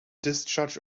discharge